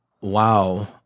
wow